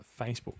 Facebook